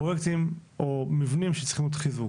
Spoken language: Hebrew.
פרויקטים או מבנים שצריכים עוד חיזוק.